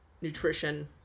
nutrition